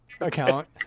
account